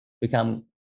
become